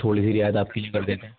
تھوڑی سی رعایت آپ کی لیے کر دیتے ہیں